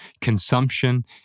Consumption